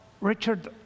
Richard